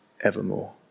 evermore